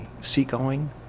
seagoing